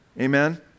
Amen